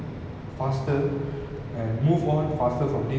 ya like I think all said and done like singapore has really